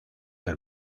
del